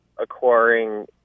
acquiring